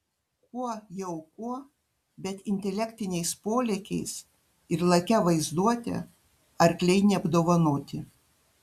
kuo jau kuo bet intelektiniais polėkiais ir lakia vaizduote arkliai neapdovanoti